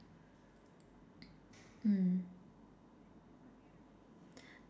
mm